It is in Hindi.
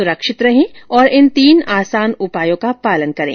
सुरक्षित रहें और इन तीन आसान उपायों का पालन करें